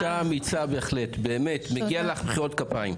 אישה אמיצה בהחלט, מגיע לך מחיאות כפיים.